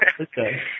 okay